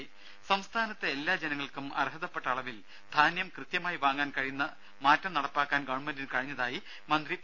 ദേദ സംസ്ഥാനത്തെ എല്ലാ ജനങ്ങൾക്കും അർഹതപ്പെട്ട അളവിൽ ധാന്യം കൃത്യമായി വാങ്ങാൻ കഴിയുന്ന മാറ്റം നടപ്പിലാക്കാൻ ഗവൺമെന്റിന് കഴിഞ്ഞതായി മന്ത്രി പി